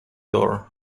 door